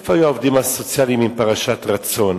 איפה היו העובדים הסוציאליים עם פרשת רצון,